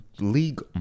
league